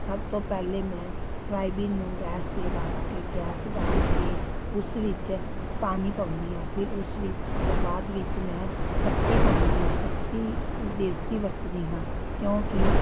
ਸਭ ਤੋਂ ਪਹਿਲੇ ਮੈਂ ਫਰਾਈਬੀਨ ਨੂੰ ਗੈਸ 'ਤੇ ਰੱਖ ਕੇ ਗੈਸ ਬਾਲ ਕੇ ਉਸ ਵਿੱਚ ਪਾਣੀ ਪਾਉਂਦੀ ਹਾਂ ਫਿਰ ਉਸ ਵਿੱਚ ਤੋਂ ਬਾਅਦ ਵਿੱਚ ਮੈਂ ਪੱਤੀ ਪਾਉਂਦੀ ਹਾਂ ਪੱਤੀ ਦੇਸੀ ਵਰਤਦੀ ਹਾਂ ਕਿਉਂਕਿ